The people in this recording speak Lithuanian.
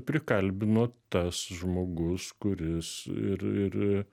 prikalbino tas žmogus kuris ir ir